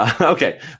Okay